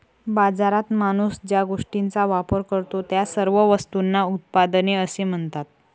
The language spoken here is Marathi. बाजारात माणूस ज्या गोष्टींचा वापर करतो, त्या सर्व वस्तूंना उत्पादने असे म्हणतात